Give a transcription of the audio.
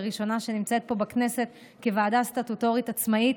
שלראשונה נמצאת פה בכנסת כוועדה סטטוטורית עצמאית.